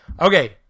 okay